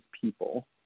people